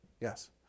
yes